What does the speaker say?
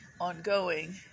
ongoing